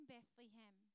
Bethlehem